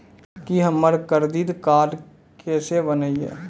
की हमर credit card केसे बनिये?